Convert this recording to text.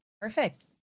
Perfect